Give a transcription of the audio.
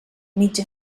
mitja